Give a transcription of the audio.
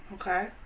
Okay